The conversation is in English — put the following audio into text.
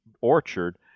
orchard